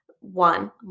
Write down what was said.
one